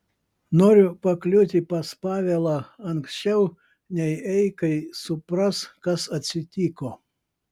noriu pakliūti pas pavelą anksčiau nei eikai supras kas atsitiko